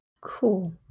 Cool